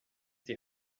die